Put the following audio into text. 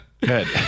Good